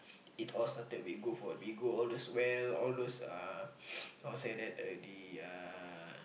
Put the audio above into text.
eat all satay we go for we go all those well all those uh how to say that uh the uh